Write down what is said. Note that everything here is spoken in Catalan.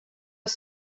als